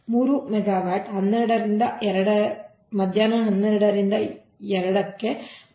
3 megawatt 12 ಮಧ್ಯಾಹ್ನ 2 ರಿಂದ 1